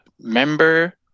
member